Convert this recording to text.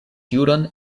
juron